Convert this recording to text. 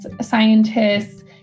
scientists